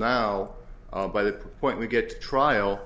now by that point we get to trial